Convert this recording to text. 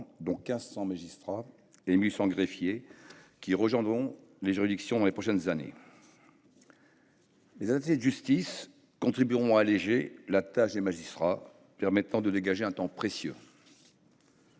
de 1 500 magistrats et de 1 800 greffiers qui rejoindront les juridictions dans les prochaines années. Les attachés de justice contribueront à alléger la tâche des magistrats et permettront à ceux-ci de dégager un temps précieux.